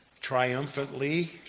triumphantly